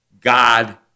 God